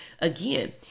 again